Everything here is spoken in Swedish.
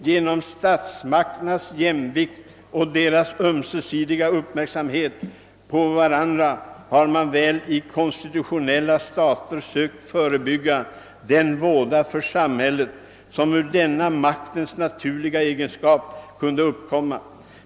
Genom Statsmagternas jemnvikt och deras ömsesidiga uppmärksamhet på hvarandra har man väl i Constitutionella Stater sökt förebygga den våda för Samhället, som ur denna Magtens naturliga egenskap kunde uppkomma.